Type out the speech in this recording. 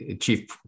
chief